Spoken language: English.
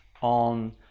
on